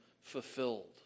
fulfilled